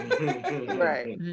Right